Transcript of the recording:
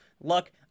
look